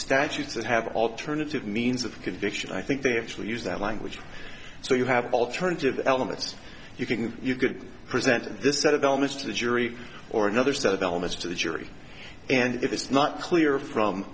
statutes that have alternative means of conviction i think they actually use that language so you have alternative elements you can you could present this set of elements to the jury or another set of elements to the jury and if it's not clear from